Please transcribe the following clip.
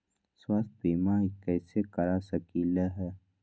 स्वाथ्य बीमा कैसे करा सकीले है?